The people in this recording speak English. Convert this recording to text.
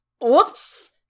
whoops